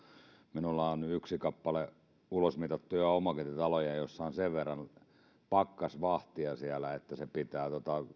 minulla on yksi kappale ulosmitattuja omakotitaloja jossa on sen verran pakkasvahtia siellä että se pitää